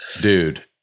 Dude